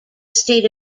state